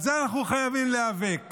על זה אנחנו חייבים להיאבק.